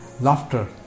laughter